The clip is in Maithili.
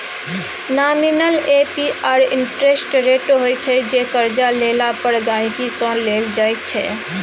नामिनल ए.पी.आर इंटरेस्ट रेट होइ छै जे करजा लेला पर गांहिकी सँ लेल जाइ छै